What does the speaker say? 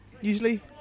usually